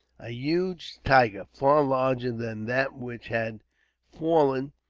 a huge tiger, far larger than that which had fallen,